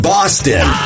Boston